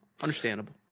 Understandable